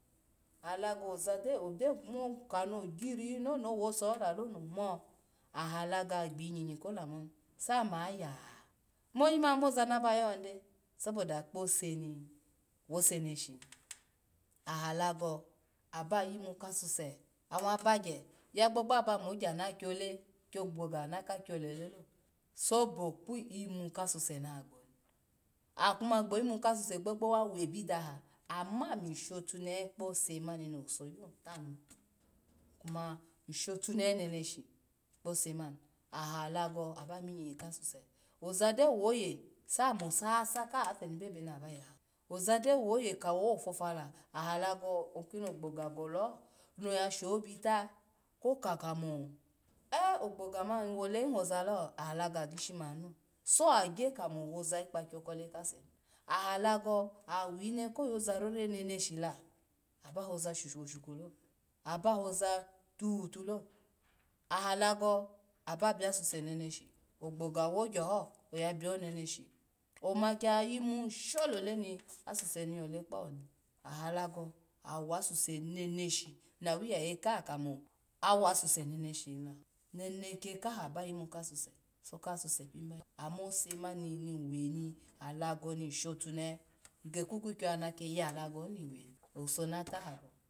Alago oza koni ogyiri hilo nomu aha lago kpi vinvinyi kola mu honi moyi mani mozana ba vonide saboda ose ni wuse neshi ni, aba yimu kaswa nawa bagya yagbogbo aba mu ogya na to kyolo kyo gboga kana ka kyolelelo so bo kpi imu kasuse na gboni akuma gwimu kasuse gbogbo wa webi daha shotunehe kpo osemani no wuso yu tanuni ny shotunehe neshi ala go aba minvinyi kasuse oza gyo woye samu sasa nye kaha asem bebeni anyiha oza gyo wuye kono wuvuvala, koni ogbage gole ho, noya sho bita, kokakamue ogboga mani wole hi hozalo, aha alago agishi mani lo sho oza ikpakyo kole kese aha alago awine koyozarore neneshi la aba oza shishuku lo, aba oza tuhotulo aha alago abi ose neneshi ogboga wo ogya ho oya bio neneshi oma kiya yimuhi sho lole ni asuse ni yo le kpawo aha alago aha wasuse nenesi na wiyeye kaha kamo awasuse neneshi ni la neneke kaha aba yimu kasuse ma ose mani ni weni alago nyshotunehe ny geku kwikyo wa na kiya alago hin ni weni owuso natahabo